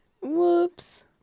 Whoops